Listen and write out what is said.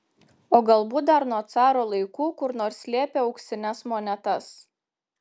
o galbūt dar nuo caro laikų kur nors slėpė auksines monetas